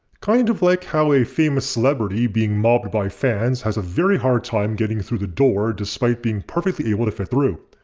kind of like how a famous celebrity being mobbed by fans has a very hard time getting through the door despite being perfectly able to fit through.